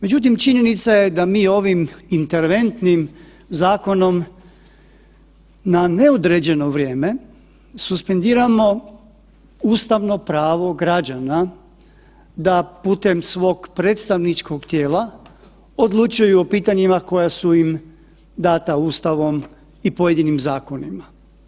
Međutim, činjenica je da mi ovim interventnim zakonom na neodređeno vrijeme suspendiramo ustavno pravo građana da putem svog predstavničkog tijela odlučuju o pitanjima koja su im data Ustavom i pojedinim zakonima.